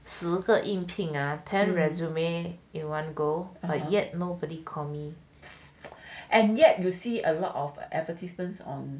十个应聘 ten resume in one go yet nobody call me